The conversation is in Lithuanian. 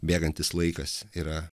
bėgantis laikas yra